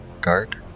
Guard